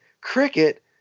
cricket